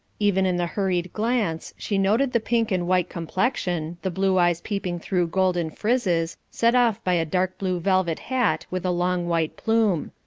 even in the hurried glance she noted the pink and white complexion, the blue eyes peeping through golden frizzes, set off by a dark-blue velvet hat with a long white plume.